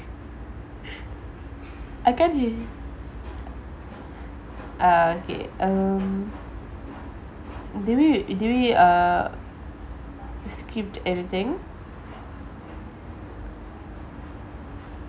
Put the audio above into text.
I can't hear you uh okay mm did we did we skip anything